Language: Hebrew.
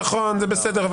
נכון, זה בסדר.